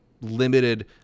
Limited